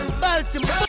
Baltimore